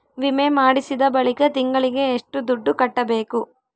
ವಿಮೆ ಮಾಡಿಸಿದ ಬಳಿಕ ತಿಂಗಳಿಗೆ ಎಷ್ಟು ದುಡ್ಡು ಕಟ್ಟಬೇಕು?